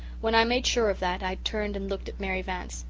when i made sure of that i turned and looked at mary vance.